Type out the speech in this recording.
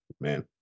man